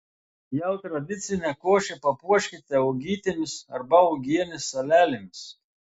jau tradicinę košę papuoškite uogytėmis arba uogienės salelėmis